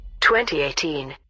2018